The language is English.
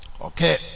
Okay